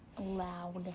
loud